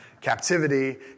Captivity